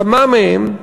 כמה מהם,